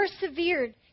persevered